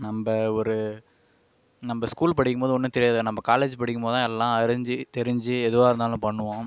நம்ம ஒரு நம்ம ஸ்கூல் படிக்கும் போது ஒன்றும் தெரியாது நம்ம காலேஜ் படிக்கும் போது தான் எல்லாம் அறிந்து தெரிஞ்சி எதுவாக இருந்தாலும் பண்ணுவோம்